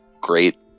great